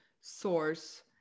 source